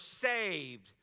saved